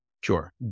Sure